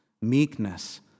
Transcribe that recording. meekness